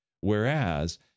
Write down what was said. Whereas